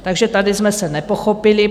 Takže tady jsme se nepochopili.